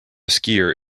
skier